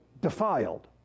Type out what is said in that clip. defiled